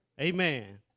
Amen